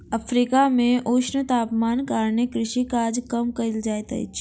Africa मे ऊष्ण तापमानक कारणेँ कृषि काज कम कयल जाइत अछि